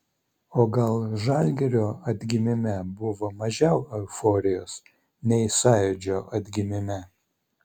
o gal žalgirio atgimime buvo mažiau euforijos nei sąjūdžio atgimime